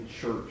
church